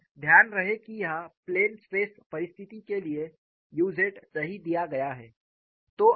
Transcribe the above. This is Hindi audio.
और ध्यान रहे कि यहाँ प्लेन स्ट्रेस परिस्थिति के लिए u z नहीं दिया गया है